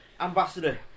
Ambassador